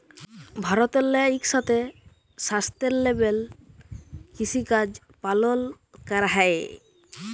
ভারতেল্লে ইকসাথে সাস্টেলেবেল কিসিকাজ পালল ক্যরা হ্যয়